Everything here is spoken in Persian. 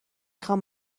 خوام